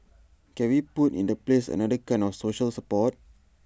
can we put in the place another kind of social support